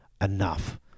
enough